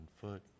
foot